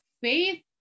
faith